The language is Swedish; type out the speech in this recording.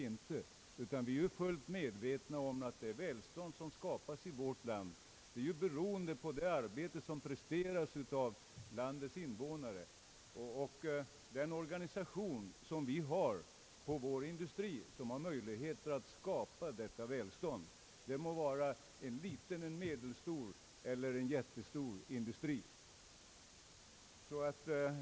Vi är fullt medvetna om att det välstånd som skapas i vårt land är beroende av det arbete som presteras av landets invånare och den organisation som vår industri har, det må gälla små, medelstora eller jättestora industrier.